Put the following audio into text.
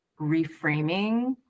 reframing